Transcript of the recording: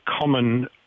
common